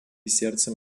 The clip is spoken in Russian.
сердцем